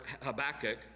Habakkuk